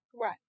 Right